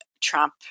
Trump